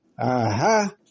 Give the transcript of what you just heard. Aha